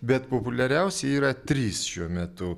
bet populiariausi yra trys šiuo metu